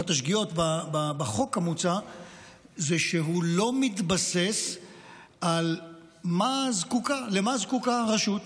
אחת השגיאות בחוק המוצע היא שהוא לא מתבסס על מה שהרשות זקוקה לו.